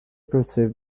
perceived